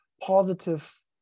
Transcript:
positive